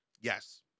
Yes